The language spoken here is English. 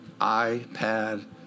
iPad